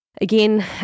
Again